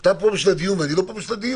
אתה פה בשביל הדיון, ואני לא פה בשביל הדיון?